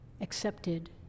accepted